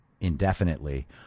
indefinitely